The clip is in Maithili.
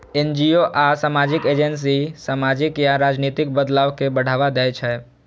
एन.जी.ओ आ सामाजिक एजेंसी सामाजिक या राजनीतिक बदलाव कें बढ़ावा दै छै